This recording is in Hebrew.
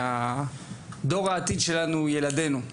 שדור העתיד שלנו, הם ילדינו.